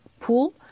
pool